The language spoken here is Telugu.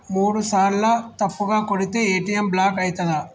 మూడుసార్ల తప్పుగా కొడితే ఏ.టి.ఎమ్ బ్లాక్ ఐతదా?